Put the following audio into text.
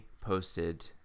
posted